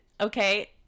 Okay